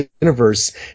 Universe